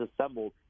assembled